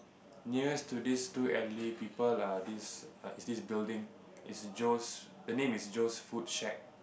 nearest to these two elderly people are this err is this building is Jones the name is Jones food shack